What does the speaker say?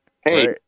Hey